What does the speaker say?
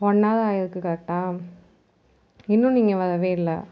one hour ஆகியிருக்கு கரெக்டாக இன்னும் நீங்கள் வரவே இல்லை